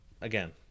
again